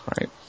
Right